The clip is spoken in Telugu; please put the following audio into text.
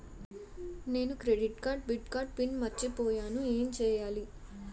నేను క్రెడిట్ కార్డ్డెబిట్ కార్డ్ పిన్ మర్చిపోయేను ఎం చెయ్యాలి?